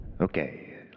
Okay